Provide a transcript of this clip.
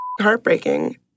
heartbreaking